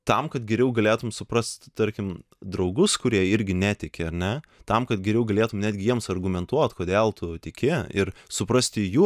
tam kad geriau galėtum suprast tarkim draugus kurie irgi netiki ar ne tam kad geriau galėtum netgi jiems argumentuoti kodėl tu tiki ir suprasti jų